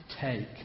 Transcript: take